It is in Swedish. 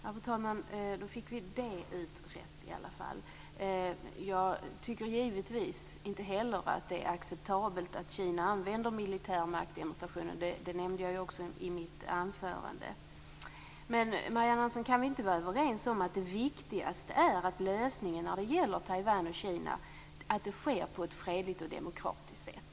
Fru talman! Då fick vi det utrett. Jag tycker givetvis att det inte är acceptabelt att Kina använder militära maktdemonstrationer, vilket jag också nämnde i mitt anförande. Men, Marianne Andersson, kan vi inte vara överens om att det viktigaste är att man löser problemet mellan Taiwan och Kina på ett fredligt och demokratiskt sätt?